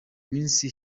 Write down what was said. misi